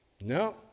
No